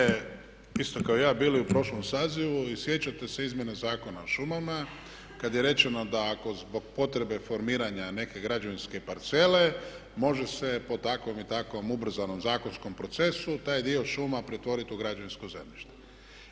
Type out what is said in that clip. Kolega Batinić, vi ste isto kao i ja bili u prošlom sazivu i sjećate se Izmjena zakona o šumama kada je rečeno da ako zbog potrebe formiranja neke građevinske parcele može se po takvom i takvom ubrzanom zakonskom procesu taj dio šuma pretvoriti u građevinsko zemljište.